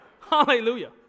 Hallelujah